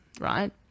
right